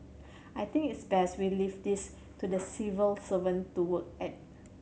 I think it's best we leave this to the civil servant to work at